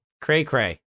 cray-cray